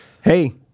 hey